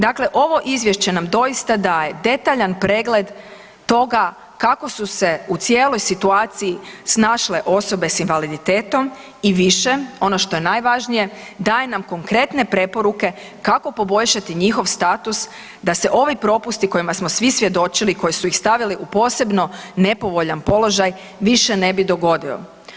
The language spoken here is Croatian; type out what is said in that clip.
Dakle, ovo izvješće nam doista daje detaljan pregled toga kako su se u cijeloj situaciji snašle osobe s invaliditetom i više ono što je najvažnije daje nam konkretne preporuke kako poboljšati njihov status da se ovi propusti kojima smo svi svjedočili koji su ih stavili u posebno nepovoljan položaj više ne bi dogodili.